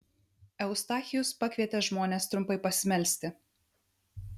eustachijus pakvietė žmones trumpai pasimelsti